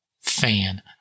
fan